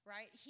Right